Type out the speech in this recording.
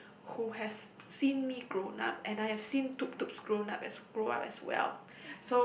who has seen me grown up and I had seen Tutu grown up as grow up as well so